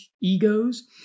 egos